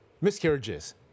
miscarriages